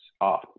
off